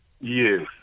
yes